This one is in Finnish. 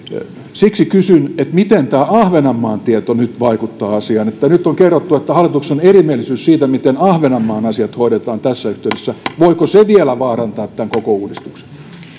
siksi kysyn miten tämä ahvenanmaan tieto nyt vaikuttaa asiaan nyt on kerrottu että hallituksessa on erimielisyys siitä miten ahvenanmaan asiat hoidetaan tässä yhteydessä voiko se vielä vaarantaa tämän koko uudistuksen